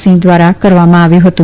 સિંહ દ્વારા કરવામાં આવ્યું હતું